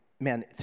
man